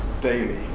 daily